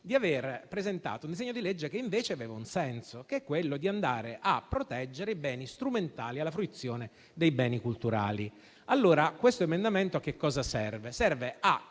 di aver presentato un disegno di legge che invece aveva un senso, che è quello di andare a proteggere i beni strumentali alla fruizione dei beni culturali. Questo emendamento, quindi, serve a